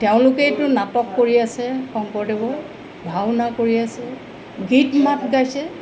তেওঁলোকেইতো নাটক কৰি আছে শংকৰদেৱৰ ভাওনা কৰি আছে গীত মাত গাইছে